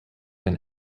been